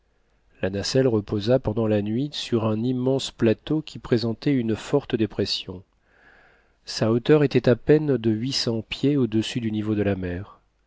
la nacelle reposa pendant la nuit sur un immense plateau qui présentait une forte dépression sa hauteur était à peine de huit cents pieds au-dessus du niveau de la mer